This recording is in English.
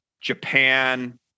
Japan